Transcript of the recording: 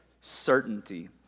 certainty